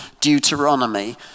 Deuteronomy